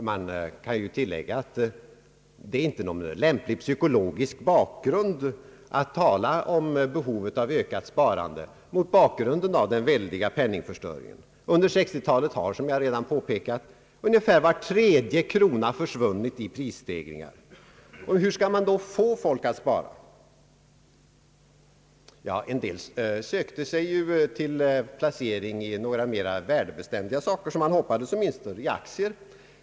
Man kan ju tillägga att den väldiga penningförstöringen inte är någon lämplig psykologisk bakgrund för talet om behov av ökat sparande. Under 1960-talet har, som jag redan påpekat, ungefär var tredje krona försvunnit i prisstegringar. Hur skall man då få folk att spara? En del människor sökte sig ju till placering i, som man hoppades, mera värdebeständiga saker,t.ex. aktier.